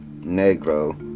negro